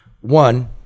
One